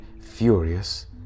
furious